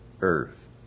earth